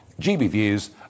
GBviews